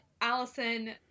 Allison